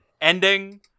ending